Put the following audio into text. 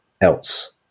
else